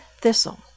thistle